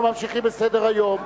אנחנו ממשיכים בסדר-היום.